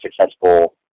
successful